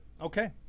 Okay